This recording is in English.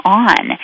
on